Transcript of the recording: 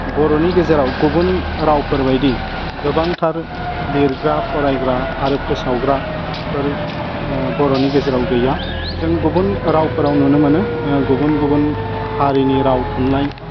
बर'नि गेजेराव गुबुन रावफोर बायदि गोबांथार लिरग्रा फरायग्रा आरो फोसावग्राफोर बर'नि गेजेराव गैया जों गुबुन रावफोराव नुनो मोनो गुबुन गुबुन हारिनि राव थुनलाइ